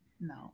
No